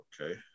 Okay